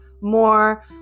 more